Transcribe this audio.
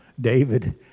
David